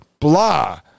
blah